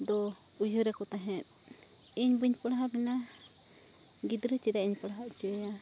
ᱫᱚ ᱩᱭᱦᱟᱹᱨᱟᱠᱚ ᱛᱟᱦᱮᱸᱫ ᱤᱧ ᱵᱟᱹᱧ ᱯᱟᱲᱦᱟᱣ ᱞᱮᱱᱟ ᱜᱚᱫᱽᱨᱟᱹ ᱪᱮᱫᱟᱜ ᱤᱧ ᱯᱟᱲᱦᱟᱣ ᱚᱪᱚᱭ ᱭᱟ